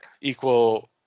equal